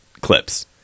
clips